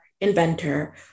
inventor